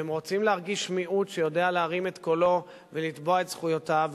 והם רוצים להרגיש מיעוט שיודע להרים את קולו ולתבוע את זכויותיו,